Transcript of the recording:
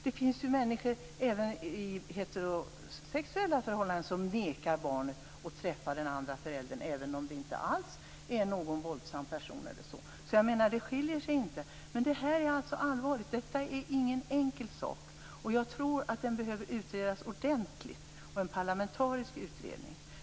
Det finns människor även i heterosexuella förhållanden som förvägrar barnet att träffa den andra föräldern, även om det inte alls är någon våldsam person. Det här är allvarligt. Detta är ingen enkel sak. Jag tror att den behöver utredas ordentligt av en parlamentariskt tillsatt utredning.